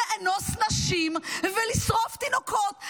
לאנוס נשים ולשרוף תינוקות?